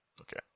Okay